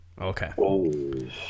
okay